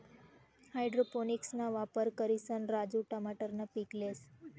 हाइड्रोपोनिक्सना वापर करिसन राजू टमाटरनं पीक लेस